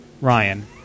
Ryan